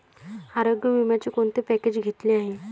आरोग्य विम्याचे कोणते पॅकेज घेतले आहे?